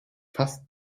fast